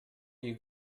you